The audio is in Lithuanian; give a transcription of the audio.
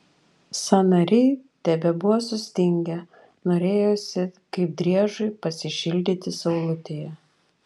sąnariai tebebuvo sustingę norėjosi kaip driežui pasišildyti saulutėje